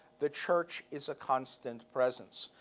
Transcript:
the church is a constant presence.